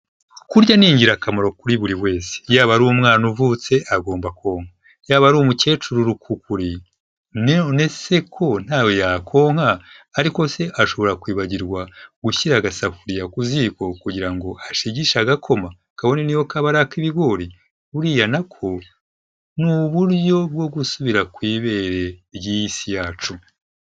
Kurya ni ingirakamaro kuri buri wese, yaba ari umwana uvutse agomba konka, yaba ari umukecuru rukukuri nonese ko ntawe yakonka ariko se ashobora kwibagirwa gushyira agasafuriya ku ziko kugira ngo ashigishe agakoma, kabone niyo kaba ari k'ibigori, buriya nako ni uburyo bwo gusubira kw'ibere ry'iyi si yacu.